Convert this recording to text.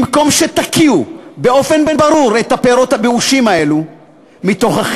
במקום שתקיאו באופן ברור את הפירות הבאושים האלו מתוככם,